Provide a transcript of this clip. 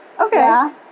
Okay